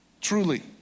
Truly